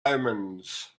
omens